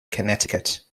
connecticut